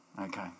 Okay